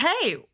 hey